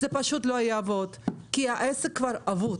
זה פשוט לא יעבוד כי העסק כבר אבוד.